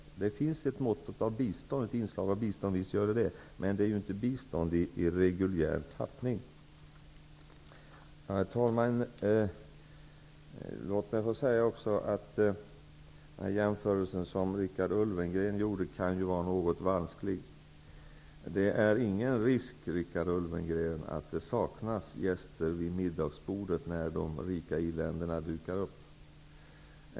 Visst finns det inslag av bistånd, men det är inte bistånd i reguljär tappning. Herr talman! Den jämförelse som Richard Ulfvengren gjorde kan vara något vansklig. Det är ingen risk, Richard Ulfvengren, att det saknas gäster vid middagsbordet när de rika i-länderna dukar upp.